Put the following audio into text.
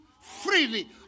freely